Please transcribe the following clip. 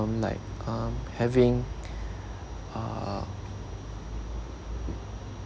like um having uh